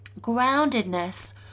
groundedness